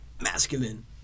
masculine